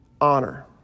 honor